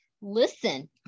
listen